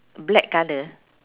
black colour